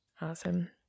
Awesome